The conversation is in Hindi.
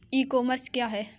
ई कॉमर्स क्या है?